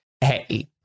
hey